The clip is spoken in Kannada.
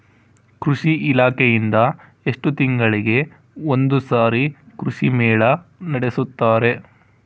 ಕೃಷಿ ಇಲಾಖೆಯಿಂದ ಎಷ್ಟು ತಿಂಗಳಿಗೆ ಒಂದುಸಾರಿ ಕೃಷಿ ಮೇಳ ನಡೆಸುತ್ತಾರೆ?